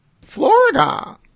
Florida